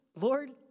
Lord